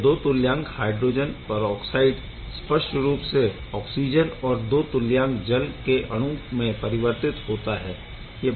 यह 2 तुल्यांक hydrogen peroxide स्पष्ट रूप से ऑक्सिजन और 2 तुल्यांक जल के अणु में परिवर्तित होता है